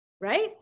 right